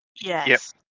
Yes